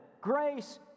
grace